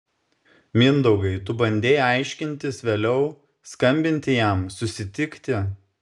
mindaugai tu bandei aiškintis vėliau skambinti jam susitikti